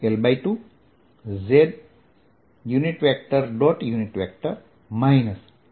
ds|z surface 3zdxdy|zL2z